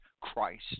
Christ